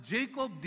Jacob